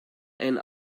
ein